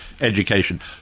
education